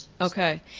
Okay